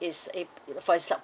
it's ab~ for example